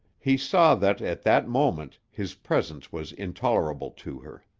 he saw that, at that moment, his presence was intolerable to her.